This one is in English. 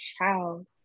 child